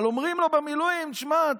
אבל אומרים לו במילואים: תשמע,